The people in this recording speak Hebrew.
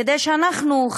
כדי שאנחנו,